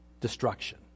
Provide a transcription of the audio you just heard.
destruction